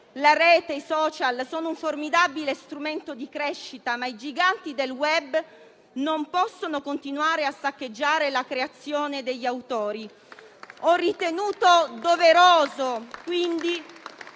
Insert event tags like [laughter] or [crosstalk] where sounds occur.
la rete e i *social* sono un formidabile strumento di crescita, ma i giganti del *web* non possono continuare a saccheggiare le creazioni degli autori. [applause] Ho ritenuto doveroso quindi